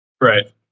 Right